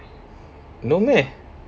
no meh